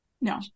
No